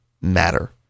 matter